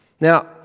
Now